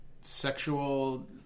sexual